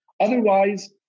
Otherwise